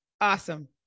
Awesome